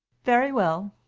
very well.